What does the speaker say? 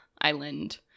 island